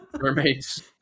Mermaid's